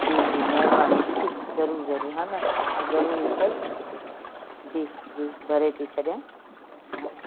जी जी महिरबानी दीदी ज़रूरु ज़रूरु हा न मां ज़रूरु ईंदसि जी जी भरे थी छॾियां हा